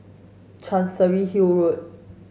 Chancery Hill Road